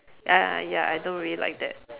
ya ya I don't really like that